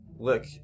look